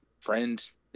friends